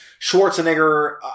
Schwarzenegger